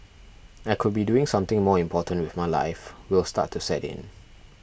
I could be doing something more important with my life will start to set in